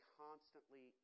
constantly